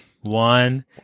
one